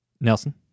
Nelson